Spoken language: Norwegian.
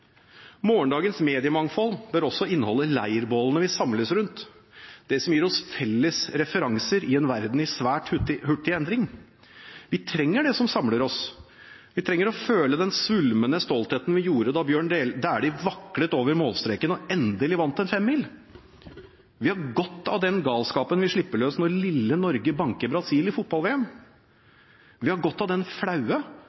Morgendagens mediemangfold bør også inneholde leirbålene vi samles rundt, det som gir oss felles referanser i en verden i svært hurtig endring. Vi trenger det som samler oss. Vi trenger å føle den svulmende stoltheten vi gjorde da Bjørn Dæhlie vaklet over målstreken og endelig vant en femmil. Vi har godt av den galskapen vi slipper løs når lille Norge banker Brasil i